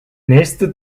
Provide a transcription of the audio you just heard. nächste